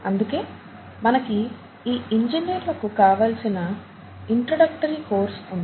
అందుకే మనకి ఈ ఇంజినీర్లకు కావలసిన ఇంట్రొడక్టరీ కోర్స్ ఉంది